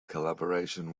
collaboration